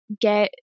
get